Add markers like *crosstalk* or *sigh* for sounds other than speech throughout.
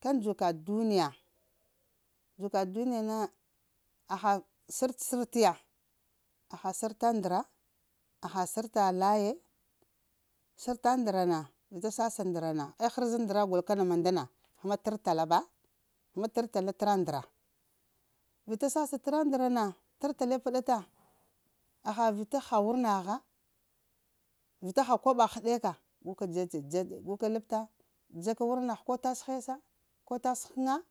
Ka njuka duniya njuka duniya na ala shartti shattliya aha sharta ndara aha sharta laye sharta ndarana vita sahaha ndarana eharaza ndara gulono mandana hama tarr talla badata ba hama tartalla tara ndara vita sasaha tara ndarana tartalle bata aha vita aha wurnaha vita aha koboha haɗeka gukajeb gukalabata jaka wurnaha koh tashe hessa koh tassh ghakana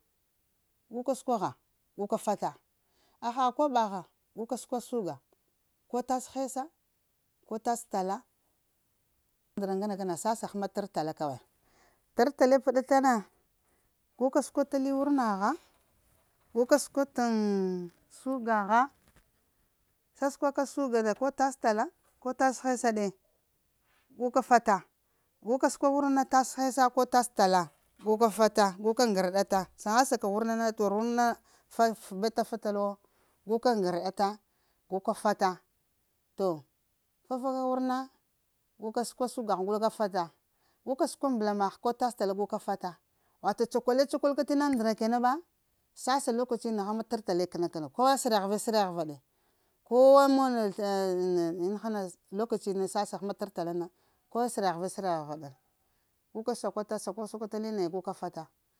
guka shukaha culka fata aha kobaha guka suka sugar koh tassh hessa koh tassh taka ndaragane kana sasah tara talle bata kawai tartalle batana gika suka tali wurnaha guka suka tan *hesitation* suga ha sasuka ta sugarna koh tass taka koh tassa hessade guka fatta guka sukata wurna koh tass hessade koh tassh talla guka fatt a guka ngarɗata sangasaka ta wura na tah be tafatalwo guka ngarɗata guka fatta toh fafaka wurna guka suka ta sugarha guka fata guka sukata mbalamaha guka fata atorh chakule chakolka tinna udara kenanba sasa lokacmi hama tartallatan kana kowa shirahava shirahade kowa monota *hesitation* lokocimi sasaha hama tar tallana kowa shirahave shirahvade guka shakuta sakusakuka talinaya guka fata